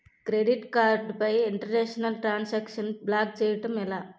Credit card పై international transaction block చేయటం ఎలా?